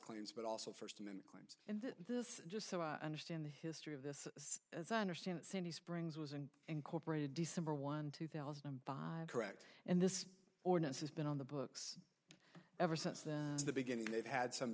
claims but also first claims and this just so i understand the history of this as i understand it sandy springs was and incorporated december one two thousand and five correct and this ordinance has been on the books ever since the beginning they've had some